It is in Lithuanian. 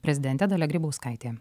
prezidentė dalia grybauskaitė